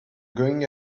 going